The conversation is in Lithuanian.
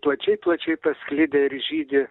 plačiai plačiai pasklidę ir žydi